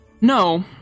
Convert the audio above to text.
No